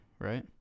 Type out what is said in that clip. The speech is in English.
right